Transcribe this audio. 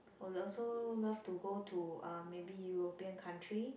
will also love to go to uh maybe European country